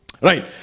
right